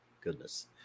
goodness